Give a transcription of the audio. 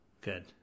Good